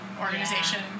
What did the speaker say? organization